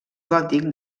gòtic